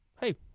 Hey